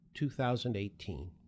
2018